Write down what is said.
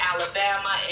Alabama